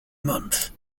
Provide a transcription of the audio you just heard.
month